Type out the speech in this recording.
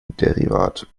derivat